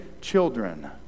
children